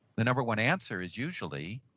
the number one answer is usually,